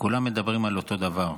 כולם מדברים על אותו דבר,